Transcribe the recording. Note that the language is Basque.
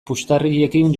puxtarriekin